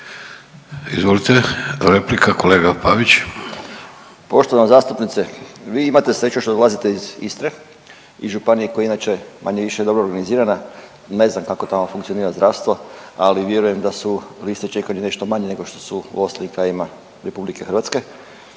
Željko (Socijaldemokrati)** Poštovana zastupnice, vi imate sreću što dolazite iz Istre iz županije koja je inače manje-više dobro organizirana. Ne znam kako tamo funkcionira zdravstvo, ali vjerujem da su liste čekanja nešto manje nego što su u ostalim krajevima RH.